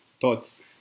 Thoughts